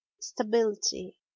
stability